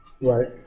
Right